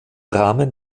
rahmen